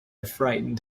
frightened